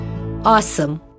Awesome